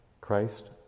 Christ